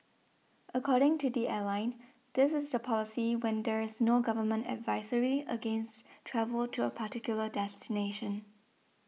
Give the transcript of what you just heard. according to the airline this is the policy when there is no government advisory against travel to a particular destination